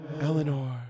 Eleanor